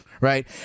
Right